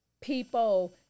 people